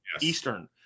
Eastern